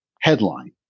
headline